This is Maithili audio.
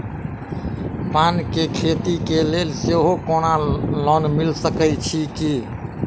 पान केँ खेती केँ लेल सेहो कोनो लोन मिल सकै छी की?